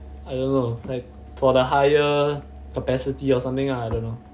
I don't know like for the higher capacity or something ah I don't know